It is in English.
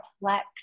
flex